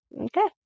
Okay